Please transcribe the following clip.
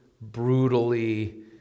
brutally